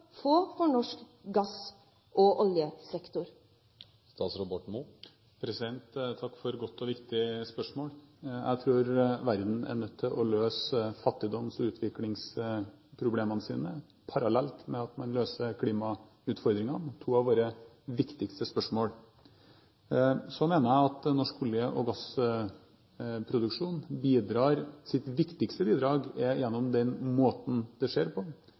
få for norsk olje- og gassektor? Takk for et godt og viktig spørsmål. Jeg tror verden er nødt til å løse fattigdoms- og utviklingsproblemene sine parallelt med at man løser klimautfordringene – to av våre viktigste spørsmål. Så mener jeg at norsk olje- og gassproduksjons viktigste bidrag er gjennom den måten det skjer på